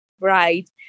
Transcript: right